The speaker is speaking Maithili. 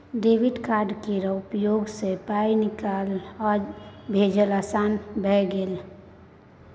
डेबिट कार्ड केर उपयोगसँ पाय निकालब आ भेजब आसान भए गेल